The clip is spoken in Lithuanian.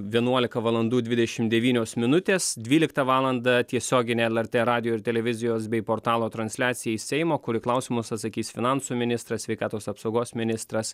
vienuolika valandų dvidešim devynios minutės dvyliktą valandą tiesioginė lrt radijo ir televizijos bei portalo transliacija iš seimo kur į klausimus atsakys finansų ministras sveikatos apsaugos ministras